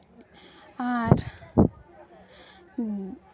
ᱟᱨ